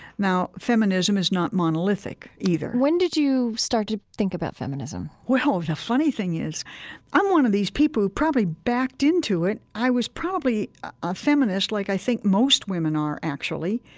now, feminism is not monolithic either when did you start to think about feminism? well, the funny thing is i'm one of these people who probably backed into it. i was probably a feminist, like i think most women are, actually,